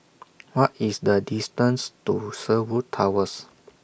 What IS The distance to Sherwood Towers